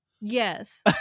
Yes